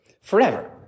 forever